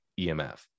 EMF